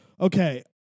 okay